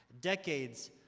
Decades